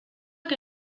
que